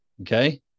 Okay